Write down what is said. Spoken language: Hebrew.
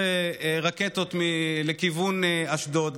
רק אתמול 17 רקטות לכיוון אשדוד,